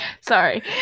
Sorry